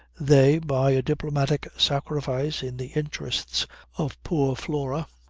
they, by a diplomatic sacrifice in the interests of poor flora,